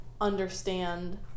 understand